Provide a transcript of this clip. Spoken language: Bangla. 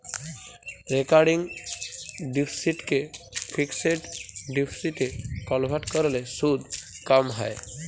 রেকারিং ডিপসিটকে ফিকসেড ডিপসিটে কলভার্ট ক্যরলে সুদ ক্যম হ্যয়